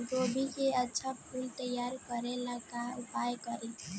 गोभी के अच्छा फूल तैयार करे ला का उपाय करी?